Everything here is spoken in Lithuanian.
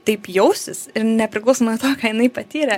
taip jausis ir nepriklausomai nuo to ką jinai patyrė